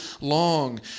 long